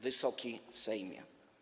Wysoki Sejmie!